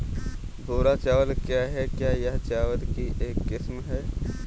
भूरा चावल क्या है? क्या यह चावल की एक किस्म है?